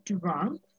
drunk